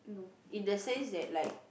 in the sense that like